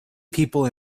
people